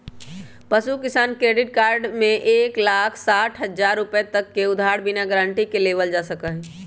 पशु किसान credit card में एक लाख साठ हजार रुपए तक के उधार बिना गारंटी के लेबल जा सका हई